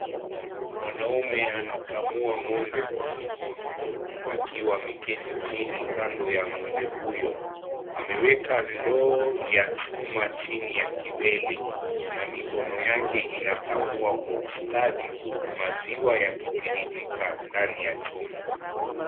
Mwanaume anakamua ngombe Kwa mikono akiwa ameketi chini kando ya ngombe huyo. Ameweka ndoo ya chuma chini ya kiwele na mikono yake inakamua kwa ustadi huku maziwa yakitiririka ndani ya chombo.